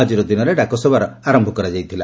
ଆକିର ଦିନରେ ଡାକସେବାର ଆର କରାଯାଇଥିଲା